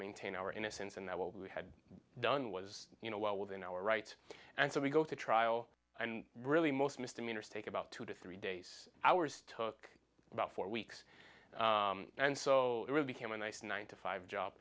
maintain our innocence and that what we had done was you know well within our rights and so we go to trial and really most missed a mistake about two to three days hours took about four weeks and so it really became a nice nine to five job